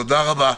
תודה רבה.